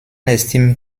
estime